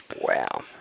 Wow